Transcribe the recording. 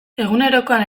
egunerokoan